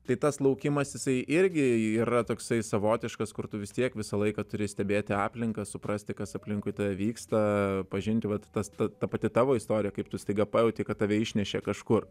tai tas laukimas jisai irgi yra toksai savotiškas kur tu vis tiek visą laiką turi stebėti aplinką suprasti kas aplinkui tave vyksta pažinti vat tas ta pati tavo istorija kaip tu staiga pajauti kad tave išnešė kažkur